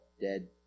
dead